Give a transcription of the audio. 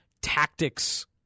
tactics